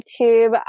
YouTube